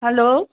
hello